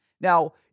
Now